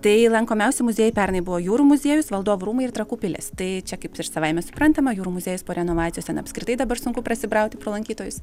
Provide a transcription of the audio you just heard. tai lankomiausi muziejai pernai buvo jūrų muziejus valdovų rūmai ir trakų pilis tai čia kaip savaime suprantama jūrų muziejus po renovacijos ten apskritai dabar sunku prasibrauti pro lankytojus